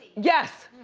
yes!